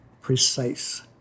precise